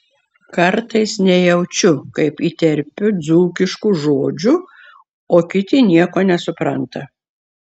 kartais nejaučiu kaip įterpiu dzūkiškų žodžių o kiti nieko nesupranta